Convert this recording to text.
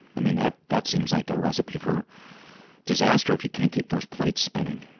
i mean that that seems like a recipe for disaster, if you can't keep those plates spinning.